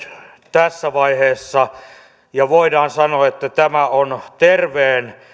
tässä vaiheessa ja voidaan sanoa että tämä on terveen